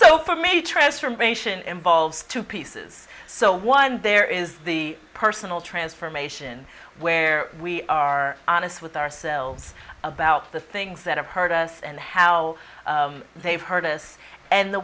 so from a transformation involves two pieces so one there is the personal transformation where we are honest with ourselves about the things that have hurt us and how they've hurt us and the